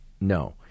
No